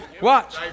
Watch